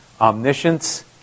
omniscience